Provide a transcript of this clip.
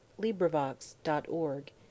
LibriVox.org